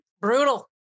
brutal